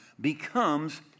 becomes